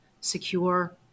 secure